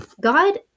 God